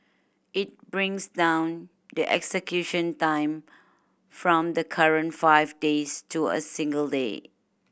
it brings down the execution time from the current five days to a single day